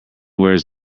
wears